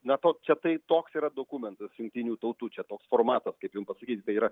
na to čia tai toks yra dokumentas jungtinių tautų čia toks formatas kaip jum pasakyti tai yra